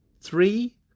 three